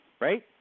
right